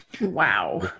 Wow